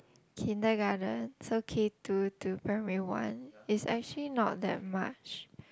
kindergarten so kid to to primary one is actually not that much